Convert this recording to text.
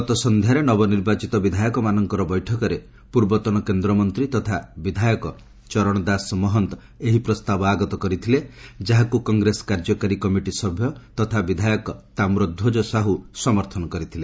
ଗତ ସନ୍ଧ୍ୟାରେ ନବନିର୍ବାଚିତ ବିଧାୟକମାନଙ୍କର ବୈଠକରେ ପୂର୍ବତନ କେନ୍ଦ୍ରମନ୍ତ୍ରୀ ତଥା ବିଧାୟକ ଚରଣଦାସ ମହନ୍ତ ଏହି ପ୍ରସ୍ତାବ ଆଗତ କରିଥିଲେ ଯାହାକୁ କଂଗ୍ରେସ କାର୍ଯ୍ୟକାରୀ କମିଟି ସଭ୍ୟ ତଥା ବିଧାୟକ ତାମ୍ରଧ୍ୱଜ ସାହୁ ସମର୍ଥନ କରିଥିଲେ